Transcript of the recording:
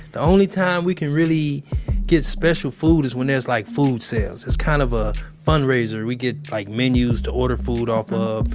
the only time we can really get special food is when there's like food sales. it's kind of a fundraiser. we get like menus to order food off of,